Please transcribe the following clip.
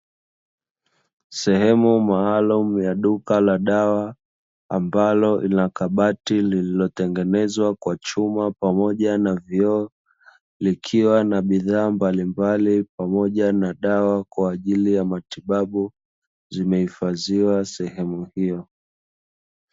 Sehemu maalumu ya duka la dawa ambalo lina kabati lililotengenezwa kwa chuma pamoja na vioo, likiwa na bidhaa mbalimbali pamoja na dawa kwa ajili ya matibabu; zimehifadhiwa sehemu hiyo.